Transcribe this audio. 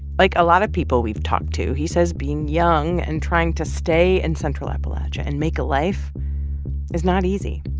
like a lot of people we've talked to, he says being young and trying to stay in central appalachia and make a life is not easy.